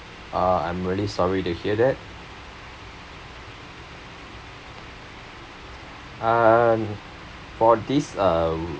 uh I'm really sorry to hear that uh for this uh